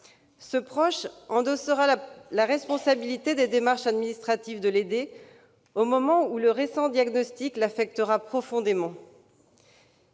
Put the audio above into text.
Ce proche endossera la responsabilité des démarches administratives de l'aidé au moment où le récent diagnostic affectera profondément